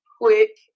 quick